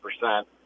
percent